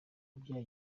wabyaye